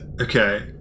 Okay